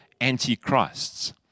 antichrists